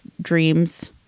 dreams